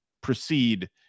proceed